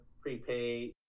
prepaid